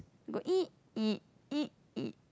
got ek ek ek ek